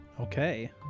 Okay